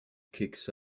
kicks